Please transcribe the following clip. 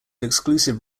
exclusive